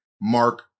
Mark